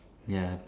ya